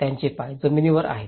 त्यांचे पाय जमिनीवर आहेत